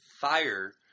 fire